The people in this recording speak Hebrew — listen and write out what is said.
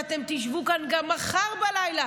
ואתם תשבו כאן גם מחר בלילה.